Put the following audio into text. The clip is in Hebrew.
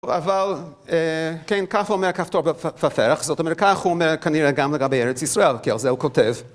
אבל... כן, כך הוא אומר "כפתור ופרח", זאת אומרת כך הוא אומר כנראה גם לגבי ארץ ישראל, כי על זה הוא כותב.